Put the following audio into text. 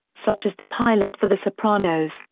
such as the pilot for the sopranos,